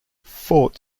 fort